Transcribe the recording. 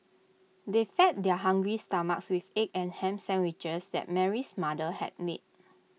they fed their hungry stomachs with egg and Ham Sandwiches that Mary's mother had made